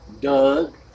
Doug